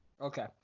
Okay